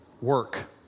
work